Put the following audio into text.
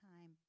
time